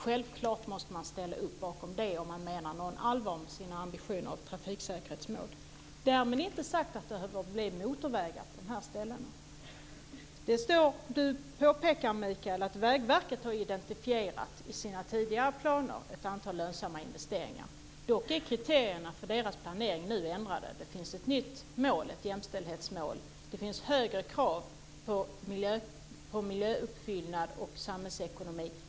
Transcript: Självklart måste man ställa upp på det om man menar allvar med sina ambitioner beträffande trafiksäkerhetsmålen. Därmed inte sagt att det behöver bli motorvägar på de här ställena. Mikael, du påpekar att Vägverket i sina tidigare planer har identifierat ett antal lönsamma investeringar. Dock är kriterierna för deras planering ändrade. Det finns nu ett nytt mål, ett jämställdhetskrav, och kraven är högre på miljöuppfyllnad och samhällsekonomi.